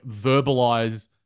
verbalize